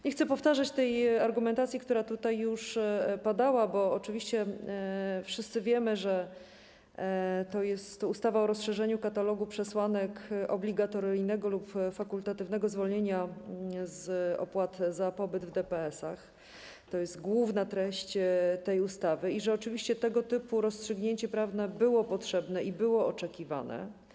Nie chcę powtarzać argumentacji, która tutaj już padała, bo oczywiście wszyscy wiemy, że to jest ustawa o rozszerzeniu katalogu przesłanek obligatoryjnego lub fakultatywnego zwolnienia z opłat za pobyt w DPS-ach, to jest główna treść tej ustawy, i że oczywiście tego typu rozstrzygnięcie prawne było potrzebne i było oczekiwane.